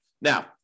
Now